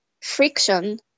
friction